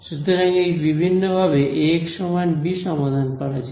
সুতরাং এই বিভিন্নভাবে ax সমান b সমাধান করা যায়